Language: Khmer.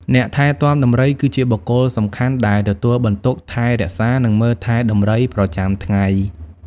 អ្នកថែទាំដំរី គឺជាបុគ្គលសំខាន់ដែលទទួលបន្ទុក ថែរក្សា និងមើលថែដំរីប្រចាំថ្ងៃ។